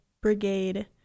Brigade